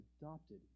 adopted